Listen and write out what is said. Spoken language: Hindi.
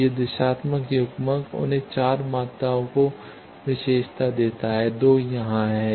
तो ये दिशात्मक युग्मक उन्हें 4 मात्राओं की विशेषता देते हैं 2 यहां हैं